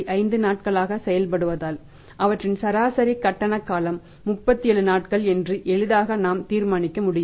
5 நாட்களாக செயல்படுவதால் அவற்றின் சராசரி கட்டண காலம் 37 நாட்கள் என்று எளிதாக நாம் தீர்மானிக்க முடியும்